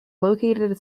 located